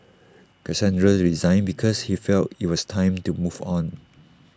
Cassandra resigned because she felt IT was time to move on